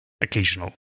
occasional